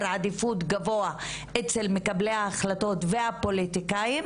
עדיפות גבוה אצל מקבלי ההחלטות והפוליטיקאים